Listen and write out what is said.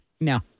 No